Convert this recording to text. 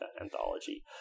anthology